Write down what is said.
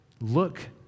Look